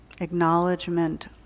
acknowledgement